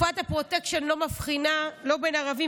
ביום חמישי היינו בסיור בדרום,